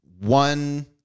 one